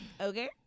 okay